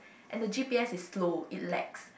and the g_p_s is slow it lags